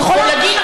את יכולה.